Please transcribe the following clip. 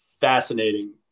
fascinating